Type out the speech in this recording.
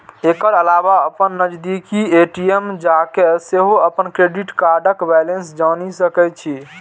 एकर अलावा अपन नजदीकी ए.टी.एम जाके सेहो अपन क्रेडिट कार्डक बैलेंस जानि सकै छी